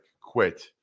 quit